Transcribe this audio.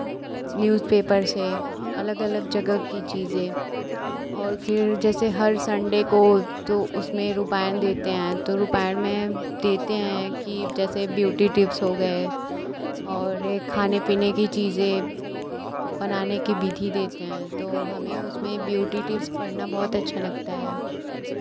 newspaper से अलग अलग जगह की चीज़ें और फिर जैसे हर सन्डे को तो उसमें रूपायन देते हैं तो रूपायन में देते हैं की जैसे ब्यूटी टिप्स हो गए और ये खाने पीने की चीज़ें बनाने की विधि देते हैं तो हमें उसमें ब्यूटी टिप्स पढ़ना बहुत अच्छा लगता है